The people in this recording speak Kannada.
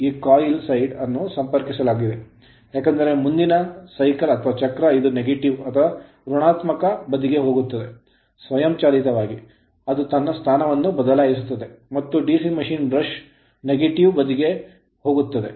ಈ coil ಕಾಯಿಲ್ ಸೈಡ್ ಅನ್ನು ಸಂಪರ್ಕಿಸಲಾಗಿದೆ ಏಕೆಂದರೆ ಮುಂದಿನ cycle ಚಕ್ರ ಇದು negative ಋಣಾತ್ಮಕ ಬದಿಗೆ ಹೋಗುತ್ತದೆ ಸ್ವಯಂಚಾಲಿತವಾಗಿ ಅದು ತನ್ನ ಸ್ಥಾನವನ್ನು ಬದಲಾಯಿಸುತ್ತದೆ ಮತ್ತು DC ಮಷಿನ್ ಬ್ರಷ್ ನ negative ಋಣಾತ್ಮಕ ಬದಿಗೆ ಹೋಗುತ್ತದೆ